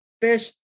fish